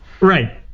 Right